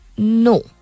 No